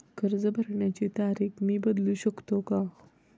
कर्ज भरण्याची तारीख मी बदलू शकतो का?